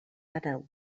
àneu